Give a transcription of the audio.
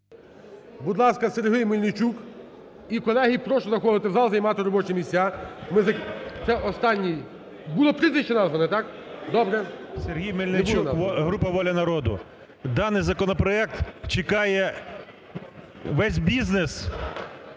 Сергій Мельничук, група "Воля народу". Даний законопроект чекає весь бізнес